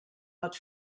not